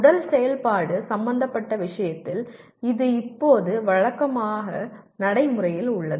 உடல் செயல்பாடு சம்பந்தப்பட்ட விஷயத்தில் இது இப்போது வழக்கமாக நடைமுறையில் உள்ளது